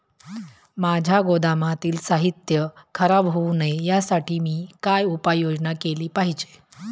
माझ्या गोदामातील साहित्य खराब होऊ नये यासाठी मी काय उपाय योजना केली पाहिजे?